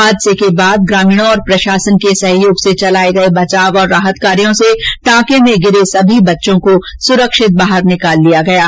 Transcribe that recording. हादसे के बाद ग्रामीणों और प्रशासन के सहयोग से चलाये गये बचाव और राहत कार्य से टांके में गिरे सभी बच्चों को सुरक्षित बाहर निकाल लिया गया है